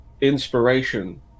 inspiration